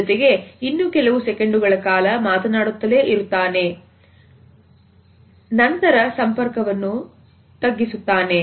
ಜೊತೆಗೆ ಇನ್ನೂ ಕೆಲವು ಸೆಕೆಂಡುಗಳ ಕಾಲ ಮಾತನಾಡುತ್ತಲೇ ಇರುತ್ತಾನೆ ಅಂತರಸಂಪರ್ಕವನ್ನು ತಿರುಗಿಸುತ್ತಾನೆ